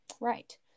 Right